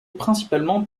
principalement